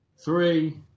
Three